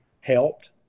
helped